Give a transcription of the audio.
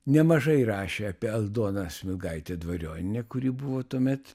nemažai rašė apie aldoną smilgaitę dvarionienę kuri buvo tuomet